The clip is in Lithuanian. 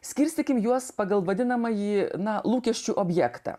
skirstykim juos pagal vadinamąjį na lūkesčių objektą